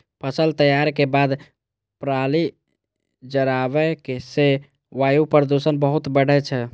फसल तैयारी के बाद पराली जराबै सं वायु प्रदूषण बहुत बढ़ै छै